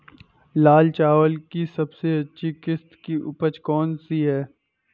लाल चावल की सबसे अच्छी किश्त की उपज कौन सी है?